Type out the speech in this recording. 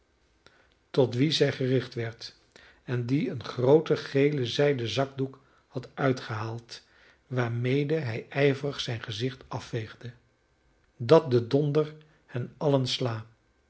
tot wien zij gericht werd en die een grooten gelen zijden zakdoek had uitgehaald waarmede hij ijverig zijn gezicht afveegde dat de donder hen allen sla